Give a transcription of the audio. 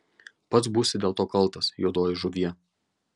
pats būsi dėl to kaltas juodoji žuvie